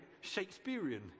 shakespearean